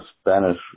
Spanish